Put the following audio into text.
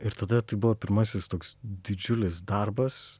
ir tada tai buvo pirmasis toks didžiulis darbas